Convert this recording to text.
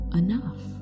enough